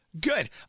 Good